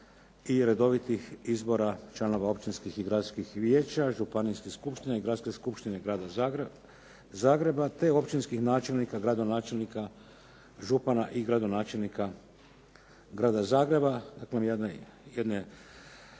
i redovitih izbora članova općinskih i gradskih vijeća, županijskih skupština i gradske skupštine Grada Zagreba te općinskih načelnika, gradonačelnika, župana i gradonačelnika Grada Zagreba …/Govornik